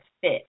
fit